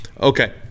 Okay